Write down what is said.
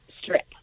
strip